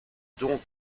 donc